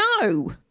no